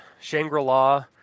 Shangri-La